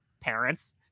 parents